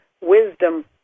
wisdom